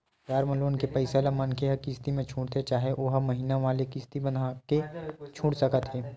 term loan के पइसा ल मनखे ह किस्ती म छूटथे चाहे ओहा महिना वाले किस्ती बंधाके छूट सकत हे